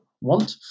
want